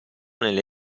nelle